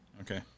Okay